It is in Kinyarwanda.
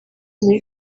muri